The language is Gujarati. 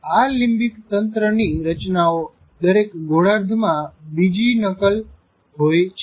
આ લીંમ્બીક તંત્રની રચનાઓ દરેક ગોળાર્ધ માં બીજી નકલ હોય છે